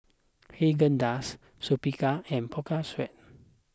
Haagen Dazs Superga and Pocari Sweat